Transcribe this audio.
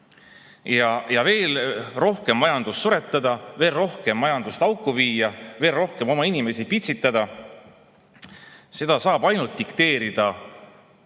Et veel rohkem majandust suretada, veel rohkem majandust auku viia, veel rohkem oma inimesi pitsitada, seda saab dikteerida